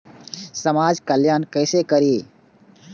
समाज कल्याण केसे करी?